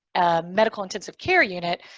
a medical intensive care unit,